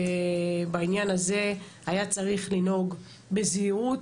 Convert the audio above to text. ובעניין הזה היה צריך לנהוג בזהירות.